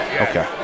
Okay